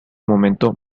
momento